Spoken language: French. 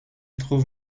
trouve